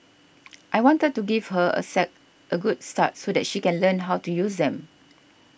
I wanted to give her a set a good start so that she can learn how to use them